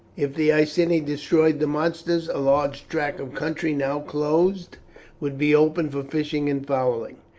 if the iceni destroyed the monsters a large tract of country now closed would be open for fishing and fowling.